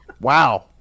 Wow